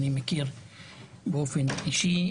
אני מכיר באופן אישי.